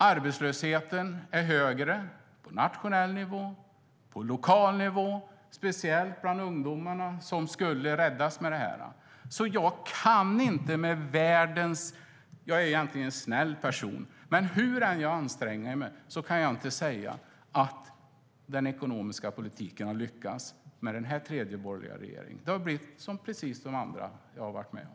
Arbetslösheten är högre på nationell nivå och på lokal nivå, speciellt bland ungdomarna, som skulle räddas med det här. Jag är egentligen en snäll person, men hur jag än anstränger mig kan jag inte säga att den ekonomiska politiken har lyckats med den tredje borgerliga regeringen. Det har blivit precis som med de andra jag har varit med om.